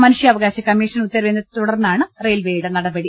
മനുഷ്യാവകാശ കമ്മീഷൻ ഉത്തരവിനെ തുടർന്നാണ് റെയിൽവെയുടെ നടപടി